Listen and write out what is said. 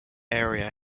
area